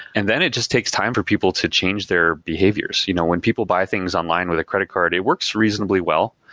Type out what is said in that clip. and then it just takes time for people to change their behaviors. you know when people buy things online with a credit card, it works reasonably well.